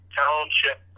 township